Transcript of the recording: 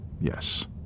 Yes